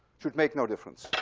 should make no difference.